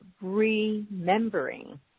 remembering